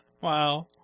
Wow